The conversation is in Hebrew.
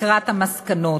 לקראת המסקנות.